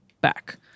back